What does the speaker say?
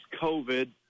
COVID